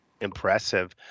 Impressive